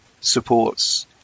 supports